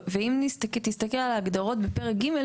ואם תסתכל על ההגדרות בפרק ג',